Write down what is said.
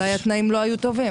אולי התנאים לא היו טובים.